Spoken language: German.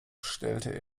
stellte